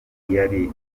yari